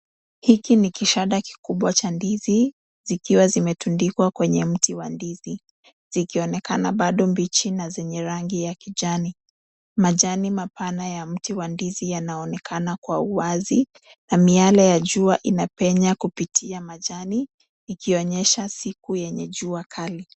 Hiki ni kishada kikubwa cha ndizi, zikiwa zimetundikwa kwenye mti wa ndizi, zikionekana bado mbichi na zenye rangi ya kijani. Majani mapana ya mti wa ndizi yanaonekana wa uwazi, na miale ya jua inapenya kupitia majani ikionyesha siku yenye jua kali.